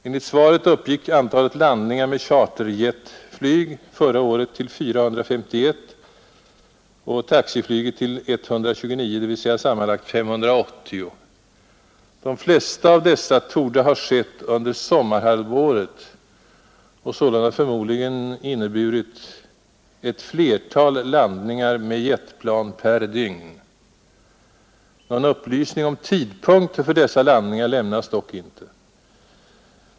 Enligt svaret uppgick antalet landningar med charterjetflyg förra året till 451 och med taxijetflyg till 129, dvs. sammanlagt 580. De flesta av dessa landningar torde ha skett under sommarhalvåret och sålunda förmodligen inneburit ett flertal landningar med jetplan per dygn. Någon upplysning om tidpunkten för dessa landningar lämnas dock inte.